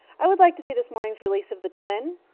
i would like to see this morning's release of the twin.